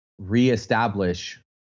re-establish